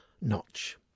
notch